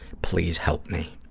please help me.